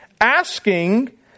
asking